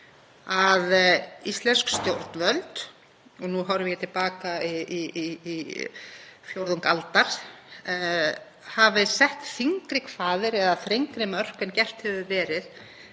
að íslensk stjórnvöld, og nú horfi ég til baka í fjórðung aldar, hafi sett þyngri kvaðir eða þrengri mörk en gert hefur verið